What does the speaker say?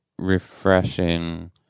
Refreshing